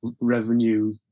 revenue